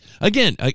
again